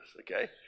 okay